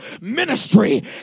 ministry